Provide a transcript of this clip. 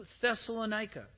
Thessalonica